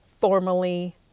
formally